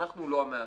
אנחנו לא המעכב.